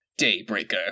Daybreaker